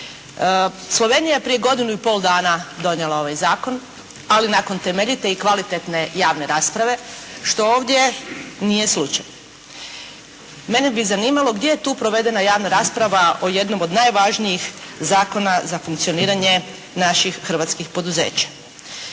Slovenija je tek prije godinu i pol dana donijela ovaj Zakon ali nakon kvalitetne i temeljite javne rasprave što ovdje nije slučaj. Mene bi zanimalo gdje je tu provedena javna rasprava o jednom od najvažnijih zakona za funkcioniranje naših hrvatskih poduzeća.